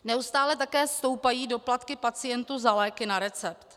Neustále také stoupají doplatky pacientů za léky na recept.